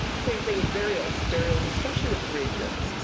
same thing with burials. burials, especially with grave goods,